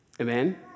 Amen